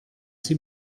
sie